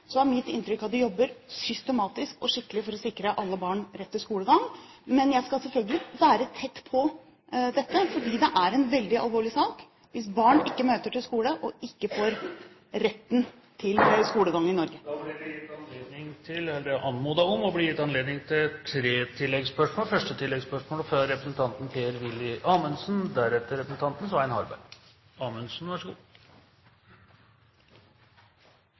så er mitt inntrykk at de jobber systematisk og skikkelig for å sikre alle barn rett til skolegang. Men jeg skal selvfølgelig være tett på dette, for det er en veldig alvorlig sak hvis barn ikke møter på skolen og ikke får retten til en skolegang i Norge. Det blir gitt anledning til